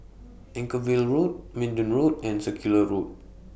Anchorvale Road Minden Road and Circular Road